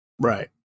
Right